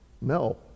No